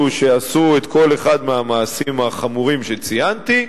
שעשו את כל אחד מהמעשים החמורים שציינתי,